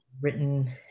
written